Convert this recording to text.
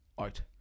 out